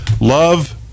Love